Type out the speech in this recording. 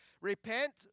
repent